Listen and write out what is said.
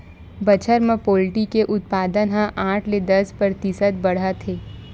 बछर म पोल्टी के उत्पादन ह आठ ले दस परतिसत बाड़हत हे